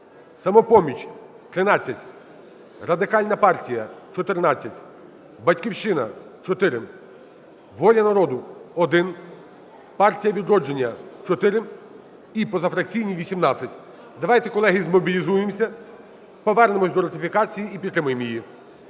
"Самопоміч" – 13, Радикальна партія – 14, "Батьківщина" – 4, "Воля народу" – 1, "Партія "Відродження" – 4, і позафракційні – 18. Давайте, колеги, змобілізуємося повернемося до ратифікації і підтримаємо її.